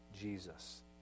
Jesus